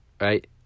right